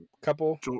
couple